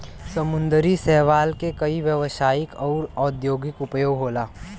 समुंदरी शैवाल के कई व्यवसायिक आउर औद्योगिक उपयोग होला